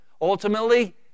Ultimately